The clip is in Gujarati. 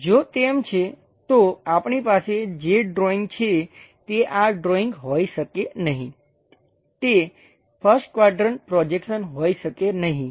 જો તેમ છે તો આપણી પાસે જે ડ્રોઇંગ છે તે આ ડ્રોઇંગ હોઈ શકે નહીં તે 1st ક્વાડ્રંટ પ્રોજેક્શન હોઈ શકે નહીં